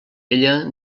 ella